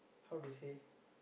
how to say